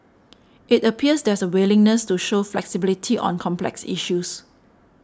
it appears there's a willingness to show flexibility on complex issues